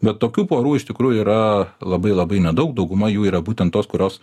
bet tokių porų iš tikrųjų yra labai labai nedaug dauguma jų yra būtent tos kurios